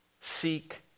seek